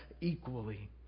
equally